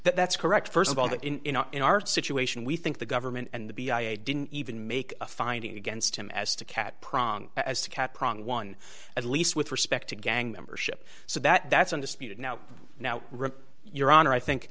that's correct st of all that in in our situation we think the government and the b i a didn't even make a finding against him as to cat prong as to cap wrong one at least with respect to gang membership so that that's undisputed now now your honor i think